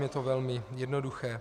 Je to velmi jednoduché.